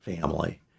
Family